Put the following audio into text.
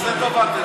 תעשה טובה,